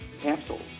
capsules